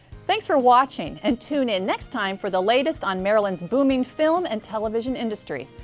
thanks for watching and tune in next time for the latest on maryland's booming film and television industry.